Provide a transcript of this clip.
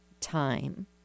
time